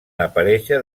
aparèixer